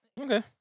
Okay